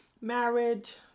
marriage